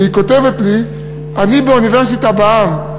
והיא כותבת לי: אני ב"אוניברסיטה בעם".